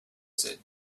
said